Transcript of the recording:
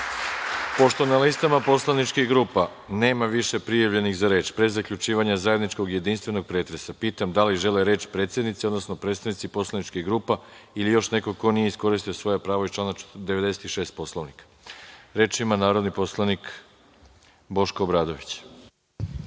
na listama Poslaničkih grupa nema više prijavljenih za reč, pre zaključivanja zajedničkog jedinstvenog pretresa, pitam da li žele reč predsednici, odnosno predstavnici Poslaničkih grupa ili još neko ko nije iskoristio svoje pravo iz člana 96 Poslovnika? Reč ima narodni poslanik Boško Obradović.